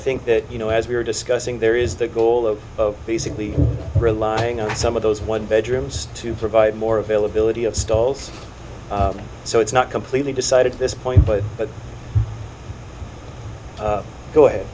think that you know as we were discussing there is the goal of basically relying on some of those one bedrooms to provide more availability of stalls so it's not completely decided to this point but but